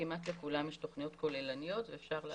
כמעט לכולם יש תוכניות כוללניות ואפשר להעביר אותן.